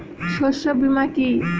শস্য বীমা কি?